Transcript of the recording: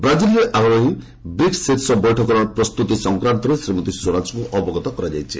ବ୍ରାଜିଲ୍ରେ ଆଗାମୀ ବ୍ରିକ୍ ଶୀର୍ଷ ବୈଠକର ପ୍ରସ୍ତୁତି ସଂକ୍ରାନ୍ତରେ ଶ୍ରୀମତୀ ସ୍ୱରାଜଙ୍କୁ ଅବଗତ କରାଯାଇଛି